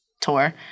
tour